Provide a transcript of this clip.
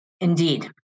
Indeed